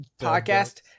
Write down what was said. Podcast